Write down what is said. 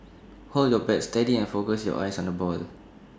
hold your bat steady and focus your eyes on the ball